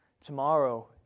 Tomorrow